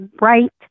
right